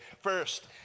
First